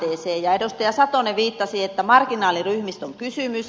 edustaja satonen viittasi että marginaaliryhmistä on kysymys